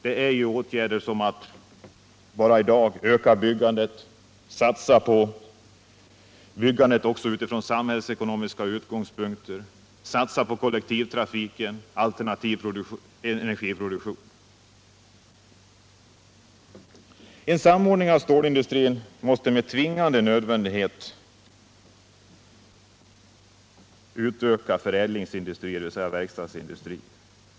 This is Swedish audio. Det gäller sådana åtgärder i dag som att öka byggandet, satsa på byggandet också utifrån samhällsekonomiska utgångspunkter, satsa på kollektivtrafiken och alternativ energiproduktion. En samordning av stålindustrin måste med tvingande nödvändighet utöka förädlingsindustrin, dvs. verkstadsindustrin.